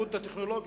ההתקדמות הטכנולוגית,